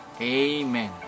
Amen